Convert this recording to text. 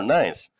nice